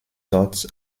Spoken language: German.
dort